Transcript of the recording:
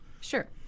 sure